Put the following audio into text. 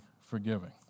forgiving